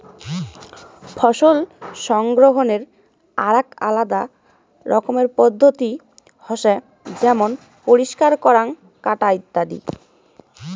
ফসল সংগ্রহনের আরাক আলাদা রকমের পদ্ধতি হসে যেমন পরিষ্কার করাঙ, কাটা ইত্যাদি